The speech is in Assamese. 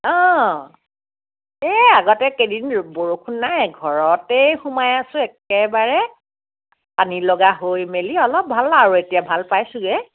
অ' এই আগতে কেইদিন বৰষুণ নাই ঘৰতেই সোমাই আছোঁ একেবাৰে পানীলগা হৈ মেলি অলপ ভাল আৰু এতিয়া ভাল পাইছোগে